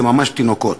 זה ממש תינוקות.